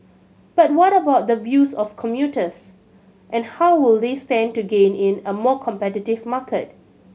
but what about the views of commuters and how will they stand to gain in a more competitive market